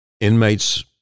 inmates